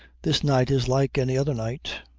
this night is like any other night.